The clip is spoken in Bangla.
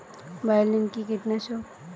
বায়োলিন কি কীটনাশক?